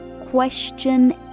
question